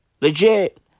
Legit